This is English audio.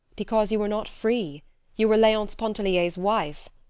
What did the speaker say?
because you were not free you were leonce pontellier's wife.